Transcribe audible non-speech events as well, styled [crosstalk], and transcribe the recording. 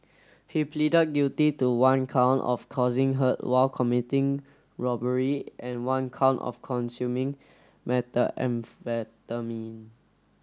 he pleaded guilty to one count of causing hurt while committing robbery and one count of consuming [unintelligible]